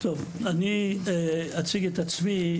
אני אציג את עצמי,